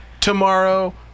tomorrow